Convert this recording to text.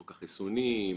חוק החיסונים,